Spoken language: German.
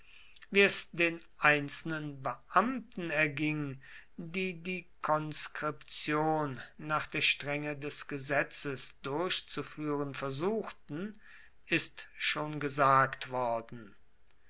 wie es den einzelnen beamten erging die die konskription nach der strenge des gesetzes durchzuführen versuchten ist schon gesagt worden